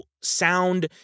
sound